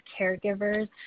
caregivers